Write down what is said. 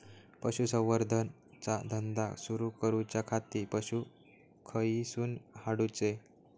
पशुसंवर्धन चा धंदा सुरू करूच्या खाती पशू खईसून हाडूचे?